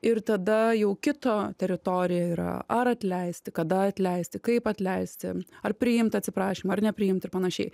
ir tada jau kito teritorijoj yra ar atleisti kada atleisti kaip atleisti ar priimt atsiprašymą ar nepriimt ir panašiai